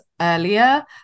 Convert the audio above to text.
earlier